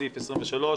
סעיף 23,